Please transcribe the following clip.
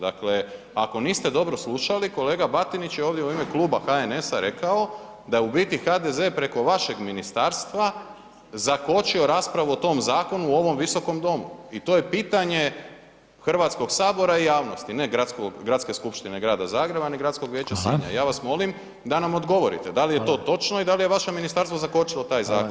Dakle, ako niste dobro slušali, kolega Batinić je ovdje u ime Kluba HNS-a rekao da je u biti HDZ preko vašeg ministarstva zakočio raspravu o tom zakonu u ovom visokom domu i to je pitanje HS i javnosti, ne Gradske skupštine Grada Zagreba, ni Gradskog vijeća Sinja, ja vas molim da nam odgovorite da li je to točno i dal je vaše ministarstvo zakočilo taj zakon?